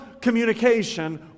communication